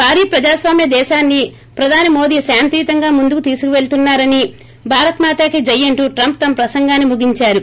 భారీ ప్రజాస్వామ్య దేశాన్ని ప్రధాని మోదీ శాంతియుతంగా ముందుకు తీసుకువెళుతున్నారని పేర్కొంటూ భారత్ మాతా కీ జై అంటూ ట్రంప్ తన ప్రసంగాన్ని ముగించారు